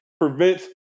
prevents